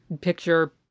picture